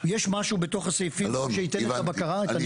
יש משהו בתוך הסעיפים שייתן את הבקרה, את הניטור.